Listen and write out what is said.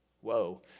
Whoa